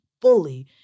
fully